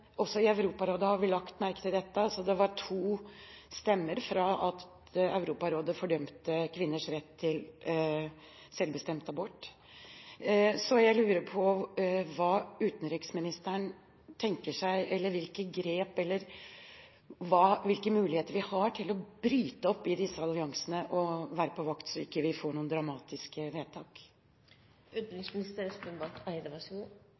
Også i Europarådet har vi lagt merke til dette. Man var to stemmer fra at Europarådet fordømte kvinners rett til selvbestemt abort. Jeg lurer på hva utenriksministeren tenker om hvilke muligheter vi har for å bryte opp disse alliansene og være på vakt, så vi ikke får noen dramatiske